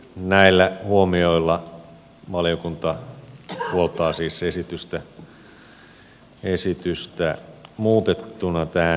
näillä huomioilla valiokunta puoltaa siis esitystä muutettuna